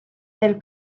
del